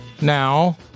now